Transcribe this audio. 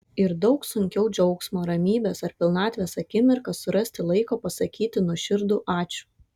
ir daug sunkiau džiaugsmo ramybės ar pilnatvės akimirką surasti laiko pasakyti nuoširdų ačiū